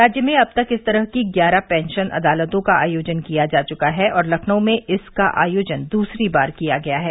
राज्य में अब तक इस तरह की ग्यारह पेंशन अदालतों का आयोजन किया जा चुका है और लखनऊ में इसका आयोजन दूसरी बार किया गया है